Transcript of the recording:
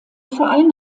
verein